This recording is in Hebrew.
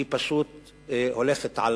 היא פשוט הולכת על